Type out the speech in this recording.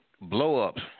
blow-ups